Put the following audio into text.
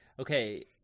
okay